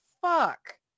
fuck